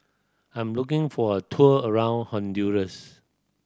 I'm looking for a tour around Honduras